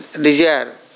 desire